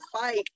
fight